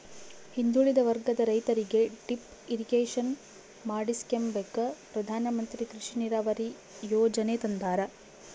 ಹಿಂದುಳಿದ ವರ್ಗದ ರೈತರಿಗೆ ಡಿಪ್ ಇರಿಗೇಷನ್ ಮಾಡಿಸ್ಕೆಂಬಕ ಪ್ರಧಾನಮಂತ್ರಿ ಕೃಷಿ ನೀರಾವರಿ ಯೀಜನೆ ತಂದಾರ